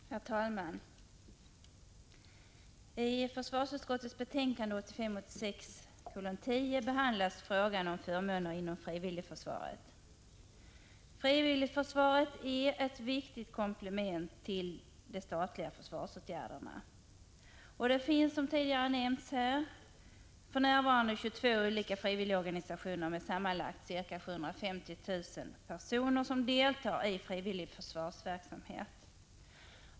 Herr talman! I försvarsutskottets betänkande 1985/86:10 behandlas frågan om förmåner inom frivilligförsvaret. Frivilligförsvaret är ett viktigt komplement till de statliga försvarsåtgärderna. Det finns, som redan nämnts här, för närvarande 22 olika frivilligorganisationer med sammanlagt ca 750 000 personer som deltar i frivillig försvarsverksamhet.